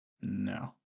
No